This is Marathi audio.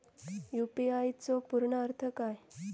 यू.पी.आय चो पूर्ण अर्थ काय?